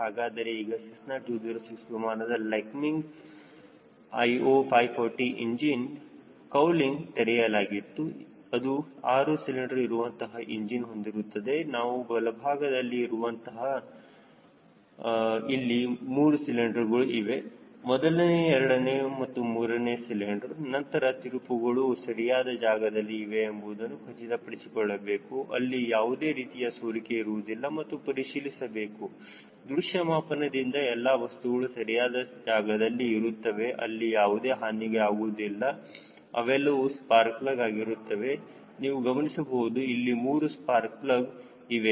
ಹಾಗಾದರೆ ಈಗ ಸೆಸ್ನಾ 206 ವಿಮಾನದ ಲೈಕಮಿಂಗ್ IO 540 ಇಂಜಿನ್ ಕೌಲಿಂಗ್ ತೆರೆಯಲಾಗಿತ್ತು ಅದು 6 ಸಿಲಿಂಡರ್ ಇರುವಂತಹ ಇಂಜಿನ್ ಹೊಂದಿರುತ್ತದೆ ನಾವು ಬಲಭಾಗದಲ್ಲಿ ಇರುವುದರಿಂದ ಇಲ್ಲಿ 3 ಸಿಲಿಂಡರ್ ಇವೆ ಮೊದಲನೇ ಎರಡನೇ ಮತ್ತು ಮೂರನೇ ಸಿಲಿಂಡರ್ ನಂತರ ತಿರುಪುಗಳು ಸರಿಯಾದ ಜಾಗದಲ್ಲಿ ಇವೆ ಎಂಬುದನ್ನು ಖಚಿತಪಡಿಸಿಕೊಳ್ಳಬೇಕು ಅಲ್ಲಿ ಯಾವುದೇ ರೀತಿಯ ಸೋರಿಕೆ ಇರುವುದಿಲ್ಲ ಎಂದು ಪರಿಶೀಲಿಸಬೇಕು ದೃಶ್ಯ ಮಾಪನದಿಂದ ಎಲ್ಲಾ ವಸ್ತುಗಳು ಸರಿಯಾದ ಜಾಗದಲ್ಲಿ ಇರುತ್ತದೆ ಅಲ್ಲಿ ಯಾವುದೇ ಹಾನಿಯಾಗುವುದಿಲ್ಲ ಇವೆಲ್ಲವೂ ಸ್ಪಾರ್ಕ್ ಪ್ಲಗ್ ಆಗಿರುತ್ತದೆ ನೀವು ಗಮನಿಸಬಹುದು ಇಲ್ಲಿ ಮೂರು ಸ್ಪಾರ್ಕ್ ಪ್ಲಗ್ ಇವೆ